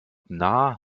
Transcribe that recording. nah